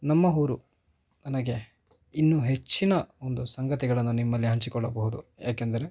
ನಮ್ಮ ಊರು ನನಗೆ ಇನ್ನೂ ಹೆಚ್ಚಿನ ಒಂದು ಸಂಗತಿಗಳನ್ನ ನಿಮ್ಮಲ್ಲಿ ಹಂಚಿಕೊಳ್ಳಬಹುದು ಏಕೆಂದರೆ